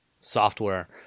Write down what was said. software